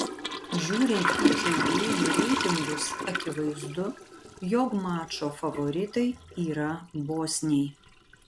žiūrint į žaidėjų reitingus akivaizdu jog mačo favoritai yra bosniai